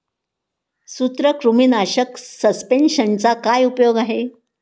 सूत्रकृमीनाशक सस्पेंशनचा काय उपयोग आहे?